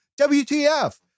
WTF